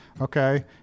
Okay